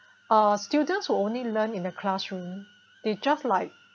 ah students will only learn in the classroom they just like